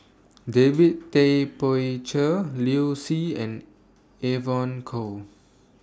David Tay Poey Cher Liu Si and Evon Kow